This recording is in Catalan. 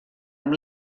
amb